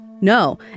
No